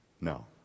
No